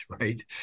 right